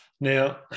Now